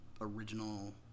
original